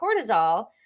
cortisol